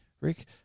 Rick